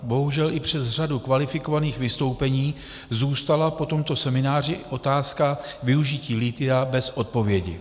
Bohužel i přes řadu kvalifikovaných vystoupení zůstala po tomto semináři otázka využití lithia bez odpovědi.